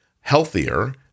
healthier